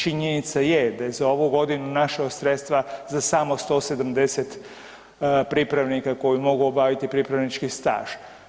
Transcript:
Činjenica je da je za ovu godinu našao sredstva za samo 170 pripravnika koji mogu obaviti pripravnički staž.